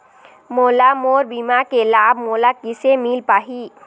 मोला मोर बीमा के लाभ मोला किसे मिल पाही?